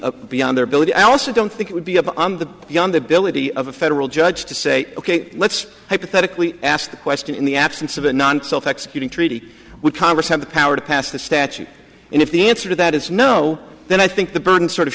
beyond their ability i also don't think it would be of the beyond the ability of a federal judge to say ok let's hypothetically ask the question in the absence of a non self executing treaty would congress have the power to pass the statute and if the answer to that is no then i think the burden sort of